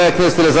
מרב מיכאלי,